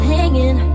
hanging